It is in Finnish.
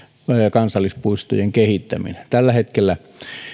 kansallispuistojen kehittäminen tällä hetkellä